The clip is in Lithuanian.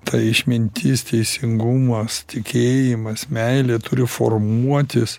ta išmintis teisingumas tikėjimas meilė turi formuotis